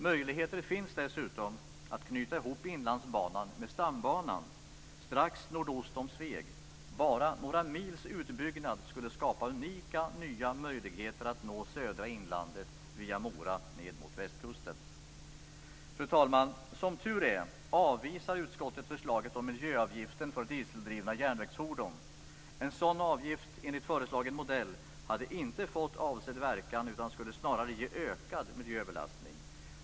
Möjligheter finns dessutom att knyta ihop Inlandsbanan med stambanan strax nordost om Sveg. Bara några mils utbyggnad skulle skapa unika nya möjligheter att nå södra inlandet via Fru talman! Som tur är avvisar utskottet förslaget om miljöavgiften för dieseldrivna järnvägsfordon. En sådan avgift, enligt föreslagen modell, hade inte fått avsedd verkan utan skulle snarare ge ökad miljöbelastning.